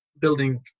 building